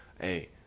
hey